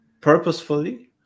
purposefully